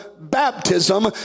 baptism